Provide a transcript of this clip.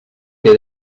que